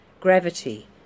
gravity